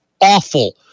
awful